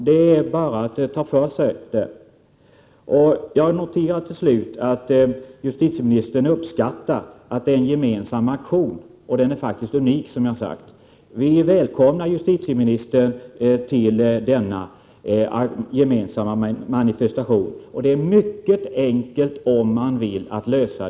Det är bara att ta för sig. Slutligen noterar jag att justitieministern uppskattar att det är en gemensam auktion. Den är faktiskt unik, som jag har sagt. Vi välkomnar justitieministern till denna gemensamma manifestation. Det är mycket enkelt att lösa detta, om man vill.